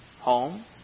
home